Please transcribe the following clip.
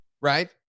right